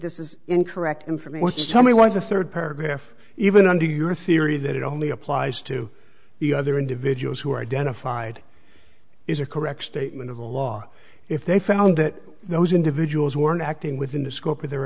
this is incorrect information tell me why the third paragraph even under your theory that it only applies to the other individuals who are identified is a correct statement of the law if they found that those individuals weren't acting within the scope of their